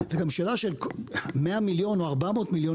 גם שאלה של 100 מיליון או 400 מיליון,